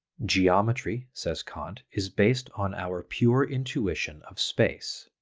geometry, says kant, is based on our pure intuition of space,